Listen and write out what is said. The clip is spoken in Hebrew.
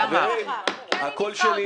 כי אני נבחרתי